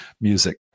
music